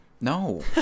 No